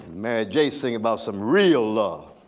mary j sing about some real love.